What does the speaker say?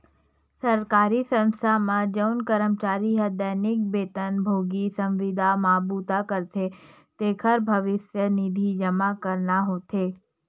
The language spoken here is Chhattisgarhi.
सरकारी संस्था म जउन करमचारी ह दैनिक बेतन भोगी, संविदा म बूता करथे तेखर भविस्य निधि जमा करना होथे